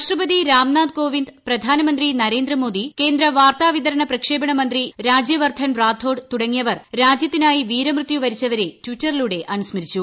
രാഷ്ട്രപതി രാംനാഥ് കോവിന്ദ് പ്രധാനമന്ത്രി നരേന്ദ്രമോദി കേന്ദ്ര വാർത്താവിതരണ പ്രക്ഷേപണമന്ത്രി രാജ്യവർധൻ റാത്തോഡ് തുടങ്ങിയവർ രാജ്യത്തിനായി വീരമൃത്യു വരിച്ചവരെ ട്വിറ്ററിലൂടെ അനുസ്മരിച്ചു